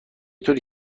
طوری